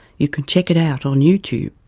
you can check it out on youtube.